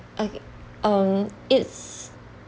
I um it's